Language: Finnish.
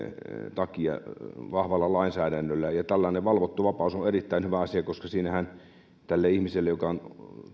takia vahvalla lainsäädännöllä tällainen valvottu vapaus on erittäin hyvä asia koska siinähän ihmiselle joka on